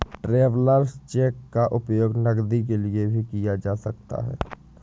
travellers cheque का उपयोग नकदी के लिए भी किया जा सकता है